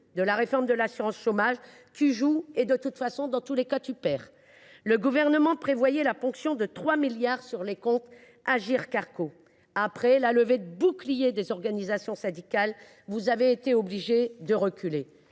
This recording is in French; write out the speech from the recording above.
de la réforme de l’assurance chômage : tu joues et, dans tous les cas, tu perds ! Le Gouvernement prévoyait aussi la ponction de 3 milliards d’euros sur les comptes de l’Agirc Arrco. Après la levée de boucliers des organisations syndicales, il a été obligé de reculer,